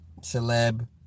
celeb